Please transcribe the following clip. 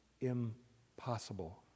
impossible